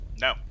no